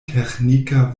teĥnika